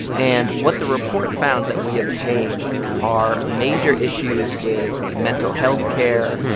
and what the report found that we obtained are major issues with mental health care,